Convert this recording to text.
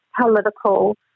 political